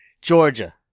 Georgia